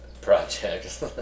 projects